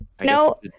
No